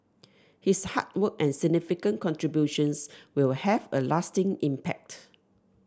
his hard work and significant contributions will have a lasting impact